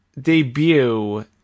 debut